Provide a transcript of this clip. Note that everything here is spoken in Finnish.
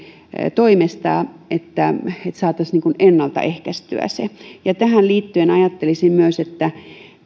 toimesta niin että saataisiin ennaltaehkäistyä se ja tähän liittyen ajattelisin myös että